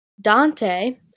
Dante